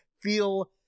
feel